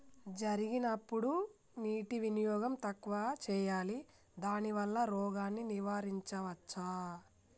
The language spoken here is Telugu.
జరిగినప్పుడు నీటి వినియోగం తక్కువ చేయాలి దానివల్ల రోగాన్ని నివారించవచ్చా?